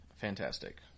Fantastic